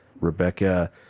Rebecca